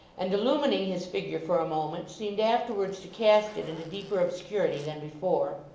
and illumining his figure for a moment, seemed afterwards to cast it into deeper obscurity than before.